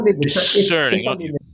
discerning